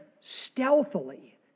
stealthily